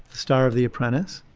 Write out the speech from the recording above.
star of the apprentice,